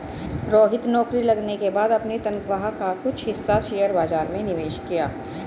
रोहित नौकरी लगने के बाद अपनी तनख्वाह का कुछ हिस्सा शेयर बाजार में निवेश किया